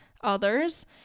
others